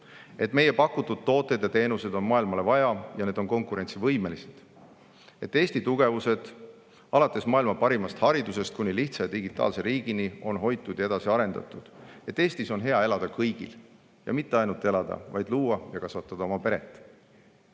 et meie pakutud tooteid ja teenuseid on maailmale vaja ja need on konkurentsivõimelised, et Eesti tugevused, alates maailma parimast haridusest kuni lihtsa ja digitaalse riigini, on hoitud ja edasi arendatud, et Eestis on hea elada kõigil, ja mitte ainult elada, vaid ka luua ja kasvatada oma peret,